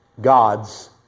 God's